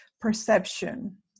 perception